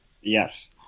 Yes